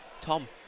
Tom